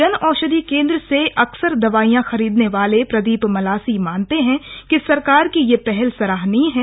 जन औशधि केंद्र से अकसर दवाईयां खरीदने वाले प्रदीप मलासी मानते हैं कि सरकार की ये पहल सराहनीय है